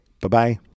Bye-bye